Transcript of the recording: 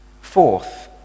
Fourth